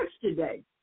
today